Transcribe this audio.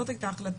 זאת הייתה ההחלטה.